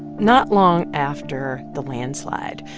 not long after the landslide,